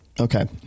Okay